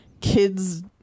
kids